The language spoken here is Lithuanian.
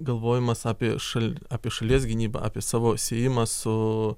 galvojimas apie šal apie šalies gynybą apie savo siejimą su